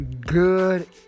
good